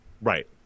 Right